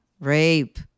Rape